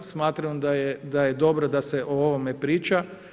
Smatramo da je dobro da se o ovome priča.